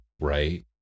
right